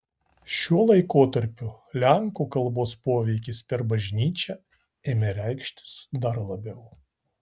šiuo laikotarpiu lenkų kalbos poveikis per bažnyčią ėmė reikštis dar labiau